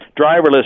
driverless